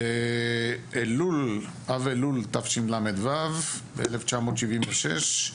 באב-אלול תשל"ו, ב-1976,